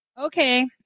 Okay